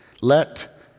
let